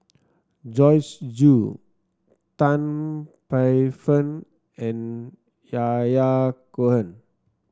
Joyce Jue Tan Paey Fern and Yahya Cohen